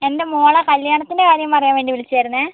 എൻ്റെ മോളെ കല്യാണത്തിൻ്റെ കാര്യം പറയാൻ വേണ്ടി വിളിച്ചതായിരുന്നേ